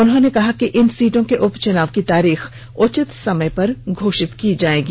उन्होंने कहा कि इन सीटों के उपचुनाव की तारीख उचित समय पर घोषित की जाएगी